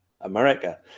America